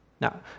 Now